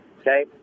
Okay